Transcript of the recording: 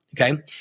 okay